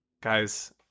Guys